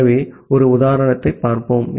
ஆகவே ஒரு உதாரணத்தைப் பார்ப்போம்